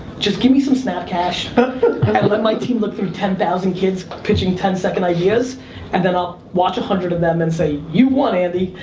just give me some snapcash. but and let my team look through ten thousand kids pitching ten second ideas and then i'll watch a hundred of them and say, you've won, andy.